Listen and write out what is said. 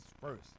first